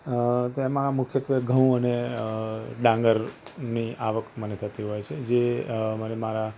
અ તેમાં મુખ્યત્ત્વે અ ઘઉં અને ડાંગરની આવક મને થતી હોય છે જે મને મારા